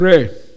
pray